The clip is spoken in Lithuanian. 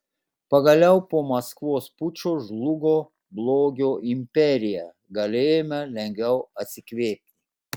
pagaliau po maskvos pučo žlugo blogio imperija galėjome lengviau atsikvėpti